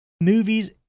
movies